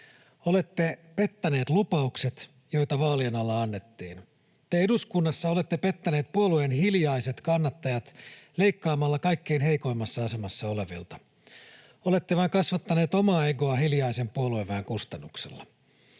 Olette pettäneet lupaukset, joita vaalien alla annettiin. Te eduskunnassa olette pettäneet puolueen hiljaiset kannattajat leikkaamalla kaikkein heikoimmassa asemassa olevilta. Olette vain kasvattaneet omaa egoa puolueen hiljaisen väen kustannuksella.